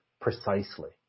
precisely